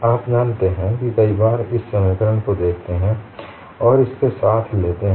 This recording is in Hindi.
आप जानते हैं कई बार आप इस समीकरण को देखते हैं और इसके साथ लेते हैं